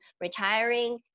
retiring